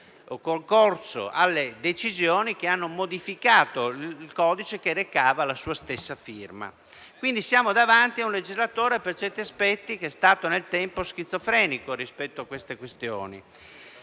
o concorso alle decisioni che hanno modificato il codice che recava la sua firma. Quindi, siamo davanti a un legislatore che, per certi aspetti, è stato nel tempo schizofrenico rispetto a queste questioni.